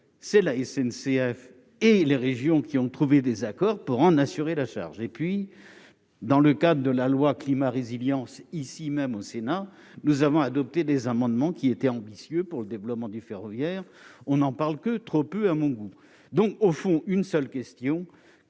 c'est la SNCF et les régions qui ont trouvé des accords pour en assurer la charge et puis dans le cadre de la loi climat résilience ici même au Sénat, nous avons adopté des amendements qui était ambitieux pour le développement du ferroviaire, on en parle que trop peu à mon goût, donc, au fond, une seule question